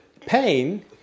pain